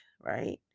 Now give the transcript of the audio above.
right